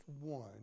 one